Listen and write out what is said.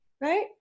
right